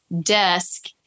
desk